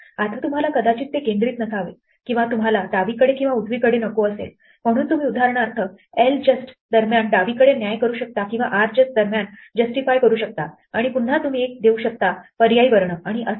आता तुम्हाला कदाचित ते केंद्रीत नसावे किंवा तुम्हाला डावीकडे किंवा उजवीकडे नको असेल म्हणून तुम्ही उदाहरणार्थ ljust दरम्यान डावीकडे न्याय्य करू शकता किंवा rjust दरम्यान justify करू शकता आणि पुन्हा तुम्ही एक देऊ शकता पर्यायी वर्ण आणि असेच